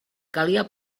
calia